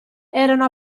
erano